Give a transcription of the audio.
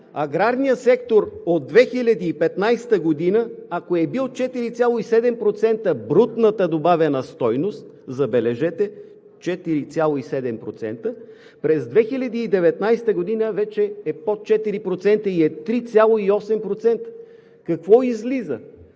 аграрният сектор от 2015 г., ако е била 4,7% брутната добавена стойност, забележете, 4,7%, през 2019 г. вече е под 4% и е 3,8%. Какво излиза?